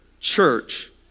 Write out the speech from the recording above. church